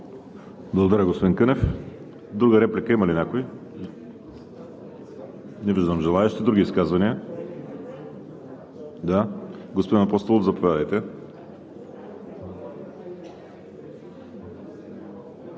Благодаря, господин Кънев. Друга реплика има ли някой? Не виждам желаещи. Други изказвания? Господин Апостолов, заповядайте.